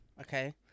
Okay